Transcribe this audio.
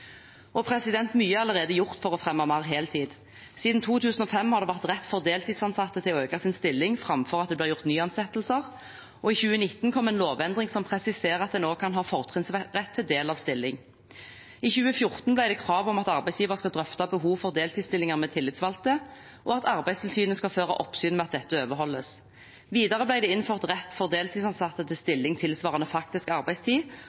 Mye er allerede gjort for å fremme mer heltid. Siden 2005 har det vært en rett for deltidsansatte å øke sin stilling framfor at det blir gjort nyansettelser, og i 2019 kom en lovendring som presiserer at en også kan ha fortrinnsrett til del av en stilling. I 2014 ble det krav om at arbeidsgiver skal drøfte behovet for deltidsstillinger med de tillitsvalgte, og at Arbeidstilsynet skal føre tilsyn med at dette overholdes. Videre ble det innført rett for deltidsansatte til stilling tilsvarende faktisk arbeidstid,